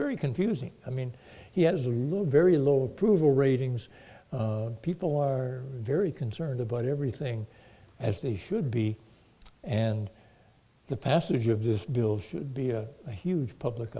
very confusing i mean he has a little very low approval ratings people are very concerned about everything as they should be and the passage of this bill should be a huge public